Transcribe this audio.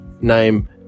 name